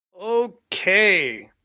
Okay